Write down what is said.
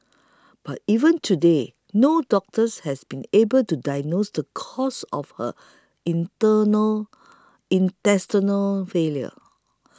but even today no doctors has been able to diagnose the cause of her internal intestinal failure